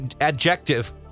adjective